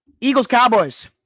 Eagles-Cowboys